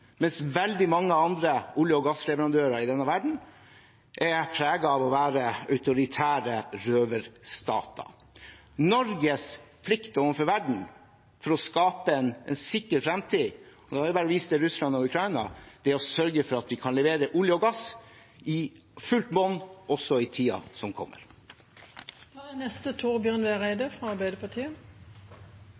mens veldig mange andre olje- og gassleverandører i denne verden er preget av å være autoritære røverstater. Norges plikt overfor verden for å skape en sikker fremtid – og da er det bare å vise til Russland og Ukraina – er å sørge for at vi kan levere olje og gass i fullt monn også i tiden som kommer. Eg er